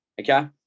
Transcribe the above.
Okay